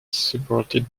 supported